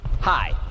Hi